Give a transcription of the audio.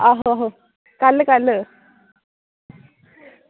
आहो आहो कल्ल कल्ल